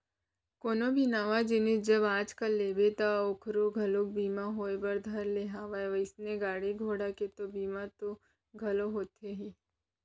कोनो भी नवा जिनिस जब आज कल लेबे ता ओखरो घलोक बीमा होय बर धर ले हवय वइसने गाड़ी घोड़ा के तो बीमा तो घलौ होथे ही